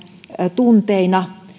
tunteina